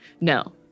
no